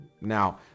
Now